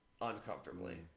uncomfortably